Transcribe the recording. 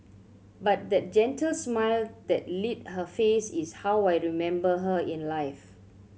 but that gentle smile that lit her face is how I remember her in life